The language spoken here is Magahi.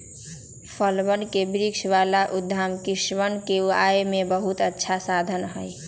फलवन के वृक्ष वाला उद्यान किसनवन के आय के बहुत अच्छा साधन हई